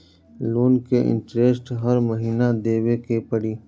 Loan के interest हर महीना देवे के पड़ी?